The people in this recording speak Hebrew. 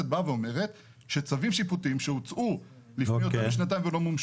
האיחוד האירופאי באו לבקר או כל מיני דברים כאלה ואחרים.